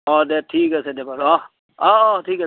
অ দে ঠিক আছে দে অ অ অ ঠিক আছে